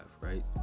right